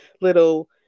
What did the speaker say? little